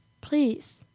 Please